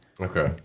okay